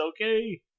okay